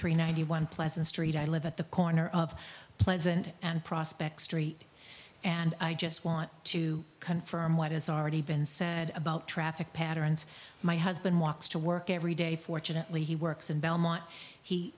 three ninety one pleasant street i live at the corner of pleasant and prospect street and i just want to confirm what is already been said about traffic patterns my husband walks to work every day fortunately he works in belmont he